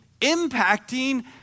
impacting